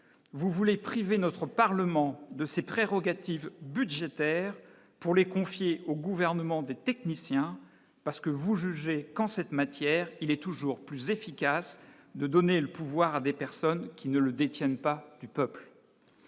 vous voulez priver notre Parlement de ses prérogatives budgétaires pour les confier au gouvernement des techniciens parce que vous jugez qu'en cette matière, il est toujours plus efficace de donner le pouvoir à des personnes qui ne le détiennent pas du Peuple.